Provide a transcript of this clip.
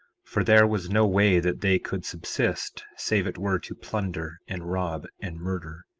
for there was no way that they could subsist save it were to plunder and rob and murder.